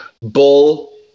bull